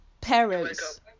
parents